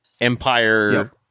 Empire